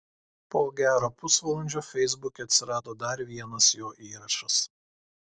po gero pusvalandžio feisbuke atsirado dar vienas jo įrašas